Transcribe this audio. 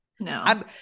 No